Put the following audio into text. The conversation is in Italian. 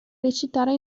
recitare